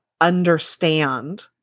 understand